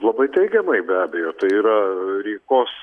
labai teigiamai be abejo tai yra rygos